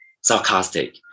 sarcastic